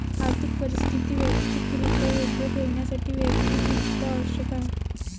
आर्थिक परिस्थिती वैयक्तिकरित्या योग्य ठेवण्यासाठी वैयक्तिक वित्त आवश्यक आहे